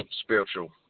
spiritual